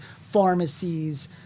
pharmacies